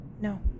No